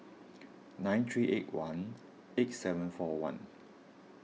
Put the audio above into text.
nine three eight one eight seven four one